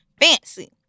fancy